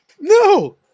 No